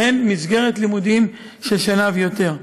שהן מסגרת לימודים של שנה ויותר.